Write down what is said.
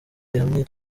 gihamye